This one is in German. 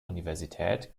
universität